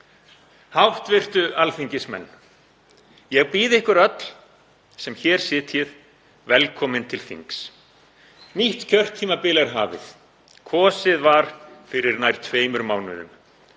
Háttvirtu alþingismenn. Ég býð ykkur öll sem hér sitjið velkomin til þings. Nýtt kjörtímabil er hafið, kosið var fyrir nær tveimur mánuðum.